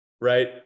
Right